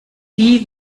wie